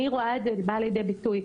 אני רואה את זה בא לידי ביטוי.